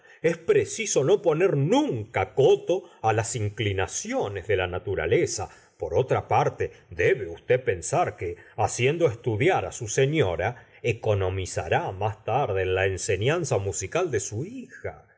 es preciso no poner nunca coto á las inclinaciones de la naturaleza por otra parte debe usted pensar que haciendo estudiar á u señora economizará más tarde en la enseñanza musical de su hija